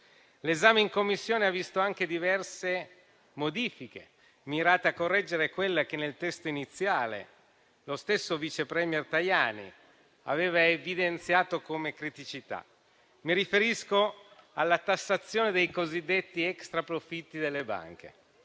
L'esame in Commissione ha visto anche diverse modifiche, mirate a correggere quella che nel testo iniziale lo stesso vice *premier* Tajani aveva evidenziato come criticità. Mi riferisco alla tassazione dei cosiddetti extraprofitti delle banche.